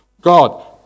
God